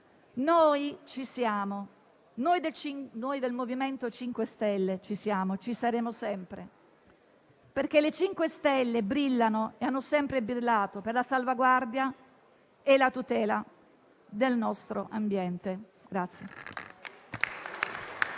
Noi ci siamo. Noi del MoVimento 5 Stelle ci siamo e ci saremo sempre perché le 5 stelle brillano e hanno sempre brillato per la salvaguardia e la tutela del nostro ambiente.